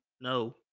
No